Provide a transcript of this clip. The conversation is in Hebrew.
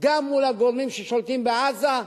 גם מול הגורמים ששולטים בעזה.